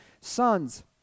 sons